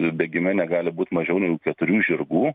bėgime negali būti mažiau negu keturių žirgų